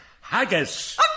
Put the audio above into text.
Haggis